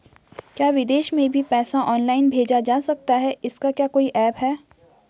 क्या विदेश में भी पैसा ऑनलाइन भेजा जा सकता है इसका क्या कोई ऐप है?